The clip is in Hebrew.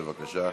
בבקשה.